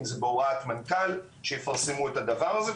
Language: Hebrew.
אם זה בהוראת מנכ"ל אז שיפרסמו את הדבר הזה.